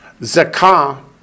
Zakah